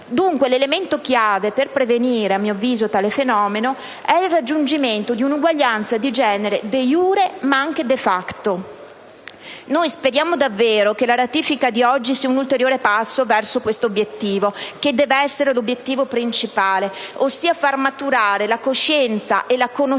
Dunque, l'elemento chiave per prevenire tale fenomeno, a mio avviso, è il raggiungimento dell'uguaglianza di genere *de iure*, ma anche *de facto*. Noi speriamo davvero che la ratifica di oggi sia un ulteriore passo verso questo obiettivo, che deve essere l'obiettivo principale, ossia far maturare la coscienza e la conoscenza